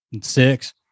six